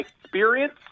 experience